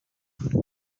they